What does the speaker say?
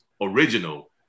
Original